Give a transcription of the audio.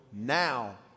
Now